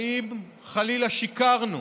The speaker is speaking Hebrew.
האם, חלילה, שיקרנו